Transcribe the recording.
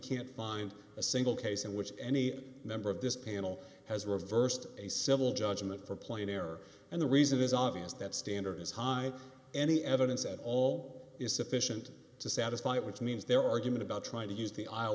can't find a single case in which any member of this panel has reversed a civil judgment for plain error and the reason is obvious that standard is high any evidence at all is sufficient to satisfy it which means their argument about trying to use the i